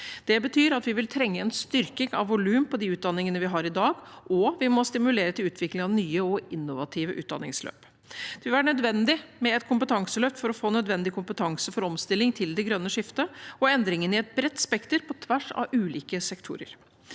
Det betyr at vi vil trenge en styrking av volum på de utdanningene vi har i dag, og vi må stimulere til ut vikling av nye og innovative utdanningsløp. Det vil være nødvendig med et kompetanseløft for å få nødvendig kompetanse for omstilling til det grønne skiftet og endringer i et bredt spekter på tvers av ulike sektorer.